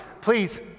Please